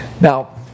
Now